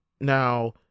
now